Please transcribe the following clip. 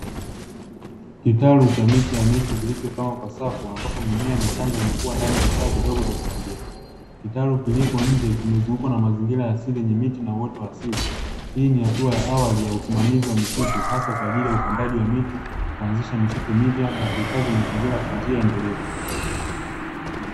Kitalu cha miche ya miti kilichopangwa kwa safu ambapo mimea michanga inakua ndani ya vifaa vidogo vya kupandia. Kitalu kiliko nje kimezungukwa na mazingira ya asili yenye miti na uoto wa asili. Hii ni hatua ya awali ya usimamizi wa misitu hasa katika upandaji wa miti, kuanzisha misitu mipya kwa ajili ya upandaji miti na kuhifadhi mazingira kwa njia endelevu.